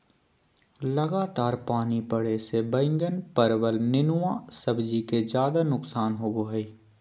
लगातार पानी पड़े से बैगन, परवल, नेनुआ सब्जी के ज्यादा नुकसान होबो हइ